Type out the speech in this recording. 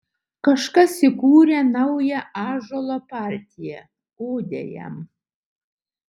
kažkas įkūrė naują ąžuolo partiją odę jam